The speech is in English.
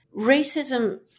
racism